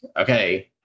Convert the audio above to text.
okay